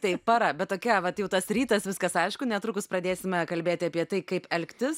tai para bet tokia vat jau tas rytas viskas aišku netrukus pradėsime kalbėti apie tai kaip elgtis